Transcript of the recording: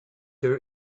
her